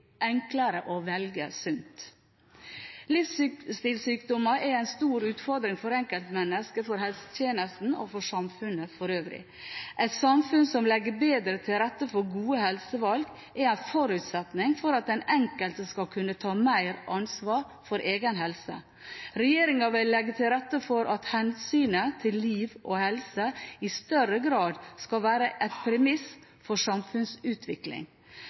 enklere å velge sunt. Livsstilssykdommer er en stor utfordring for enkeltmennesker, for helsetjenesten og for samfunnet for øvrig. Et samfunn som legger bedre til rette for gode helsevalg, er en forutsetning for at den enkelte skal kunne ta mer ansvar for egen helse. Regjeringen vil legge til rette for at hensynet til liv og helse i større grad skal være en premiss for samfunnsutvikling.